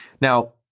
Now